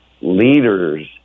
leaders